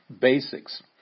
basics